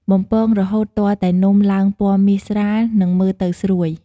បំពងរហូតទាល់តែនំឡើង ពណ៌មាសស្រាល និងមើលទៅស្រួយ។